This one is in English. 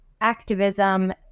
activism